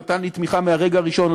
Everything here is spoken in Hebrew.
שנתן לי תמיכה מהרגע הראשון.